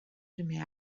primer